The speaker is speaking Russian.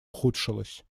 ухудшилась